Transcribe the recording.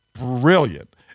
brilliant